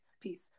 peace